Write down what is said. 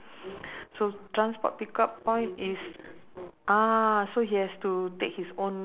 not much uh ya ya not much balance from weekends you know